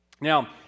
Now